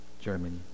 Germany